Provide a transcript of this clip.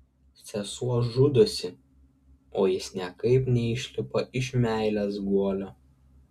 sesuo žudosi o jis niekaip neišlipa iš meilės guolio